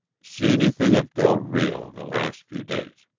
see anything of del rio the last few days?